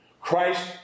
Christ